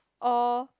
all